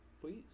Please